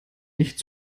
nicht